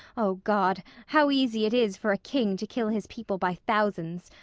o god, how easy it is for a king to kill his people by thousands,